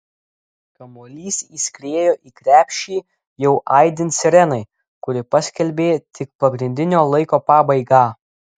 kamuolys įskriejo į krepšį jau aidint sirenai kuri paskelbė tik pagrindinio laiko pabaigą